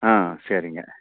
ஆ சரிங்க